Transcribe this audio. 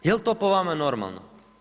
Jel to po vama normalno?